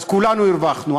אז כולנו הרווחנו.